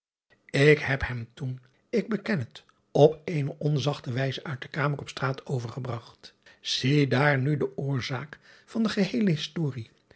k heb hem toen ik beken het op eene onzachte wijze uit de kamer op straat overgebragt iedaar nu de oorzaak van de geheele historie